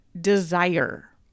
desire